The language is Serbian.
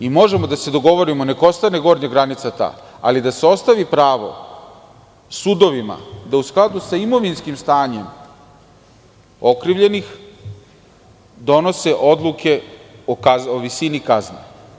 Možemo da se dogovorimo, neka ostane gornja granica ta, ali da se ostavi pravo sudovima da u skladu sa imovinskim stanjem okrivljenih donose odluke o visini kazne.